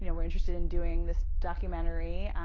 you know we're interested in doing this documentary.